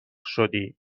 شدی